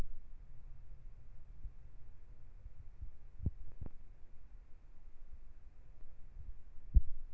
income tax department వాళ్లు corporate సంస్థల చేతిలో కీలుబొమ్మల కారాదు